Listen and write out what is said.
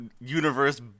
universe